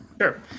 Sure